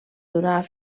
durar